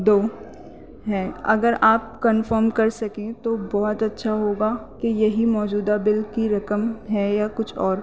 دو ہیں اگر آپ کنفرم کر سکیں تو بہت اچھا ہوگا کہ یہی موجودہ بل کی رقم ہے یا کچھ اور